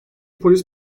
polis